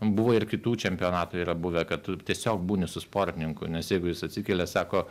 buvo ir kitų čempionatų yra buvę kad tu tiesiog būni su sportininku nes jeigu jis atsikelia sako